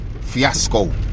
fiasco